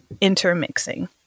intermixing